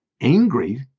angry